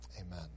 Amen